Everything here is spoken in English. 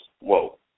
Whoa